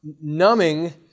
numbing